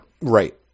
Right